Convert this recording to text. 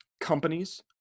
companies